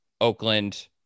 Oakland